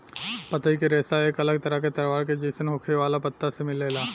पतई के रेशा एक अलग तरह के तलवार के जइसन होखे वाला पत्ता से मिलेला